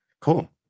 Cool